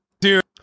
Dude